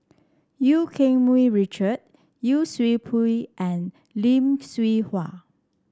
Eu Keng Mun Richard Yee Siew Pun and Lim Hwee Hua